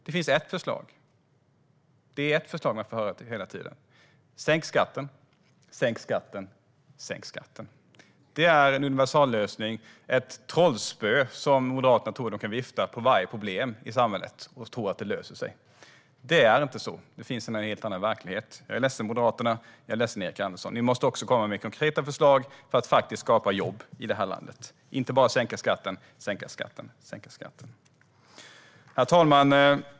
Det finns ett förslag som man får höra hela tiden: Sänk skatten, sänk skatten, sänk skatten. Det är en universallösning och ett trollspö som Moderaterna tror att de kan vifta med för att lösa varje problem i samhället. Det är inte så. Det finns en helt annan verklighet. Jag är ledsen, Moderaterna och Erik Andersson, men ni måste också komma med konkreta förslag för att faktiskt skapa jobb i det här landet. Ni kan inte bara sänka skatten, sänka skatten, sänka skatten. Herr talman!